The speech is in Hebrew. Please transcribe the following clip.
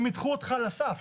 הם ידחו אותך על הסף.